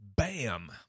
bam